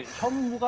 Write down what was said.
hung